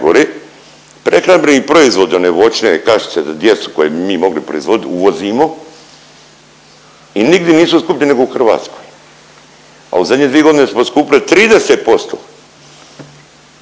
prehrambeni proizvodi one voćne kašice za djecu koje bi mi mogli proizvoditi uvozimo i nigdje nisu skuplje nego u Hrvatskoj, a u zadnje dvije godine su poskupile 30%.